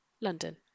London